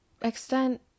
extent